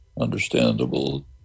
understandable